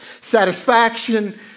satisfaction